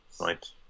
right